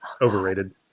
Overrated